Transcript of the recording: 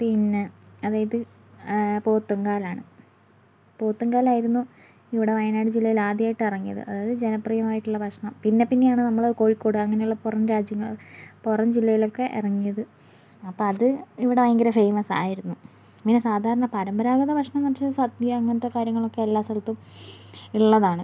പിന്നെ അതായത് പോത്തുംകാലാണ് പോത്തും കാലായിരുന്നു ഇവിടെ വയനാട് ജില്ലയിൽ ആദ്യമായിട്ട് ഇറങ്ങിയത് അത് ജനപ്രിയമായിട്ടുള്ള ഭക്ഷണം പിന്നെ പിന്നെയാണ് നമ്മൾ കോഴിക്കോട് അങ്ങനെയുള്ള പുറം രാജ്യങ്ങൾ പുറം ജില്ലയിലൊക്കെ ഇറങ്ങിയത് അപ്പോൾ അത് ഇവിടെ ഭയങ്കര ഫെയ്മസ് ആയിരുന്നു അങ്ങനെ സാധാരണ പാരമ്പരാഗത ഭക്ഷണം പറഞ്ഞിട്ട് സദ്യ അങ്ങനത്തെ കാര്യങ്ങളൊക്കെ എല്ലാ സ്ഥലത്തും ഉള്ളതാണ്